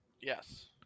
yes